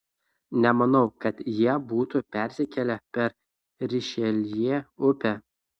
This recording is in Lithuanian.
nemanau kad jie būtų persikėlę per rišeljė upę